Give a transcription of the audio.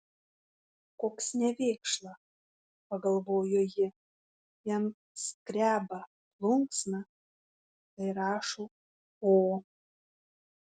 koks nevėkšla pagalvojo ji jam skreba plunksna kai rašo o